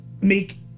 make